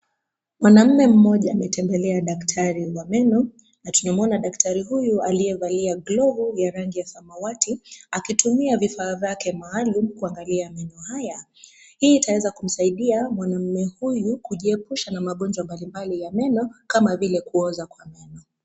Mwanaume mmoja ametembelea daktari wa meno na tumemuona daktari huyu aliyevalia glovu ya rangi ya samawati akitumia vifaa vyake maalum kuangalia meno haya. Hii itaweza kumsaidia manaume huyu kujiepusha na magonjwa mbalimbali ya meno kama vile kuoza kwa meno.